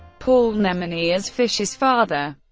paul nemenyi as fischer's father